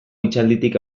hitzalditik